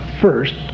first